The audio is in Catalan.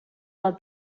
del